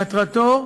מטרתו,